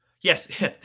yes